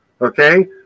okay